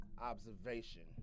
observation